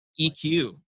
EQ